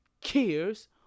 cares